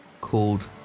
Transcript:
called